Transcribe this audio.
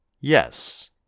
Yes